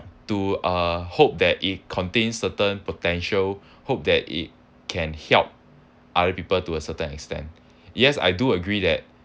to uh hope that it contains certain potential hope that it can help other people to a certain extent yes I do agree that